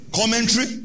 commentary